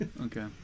Okay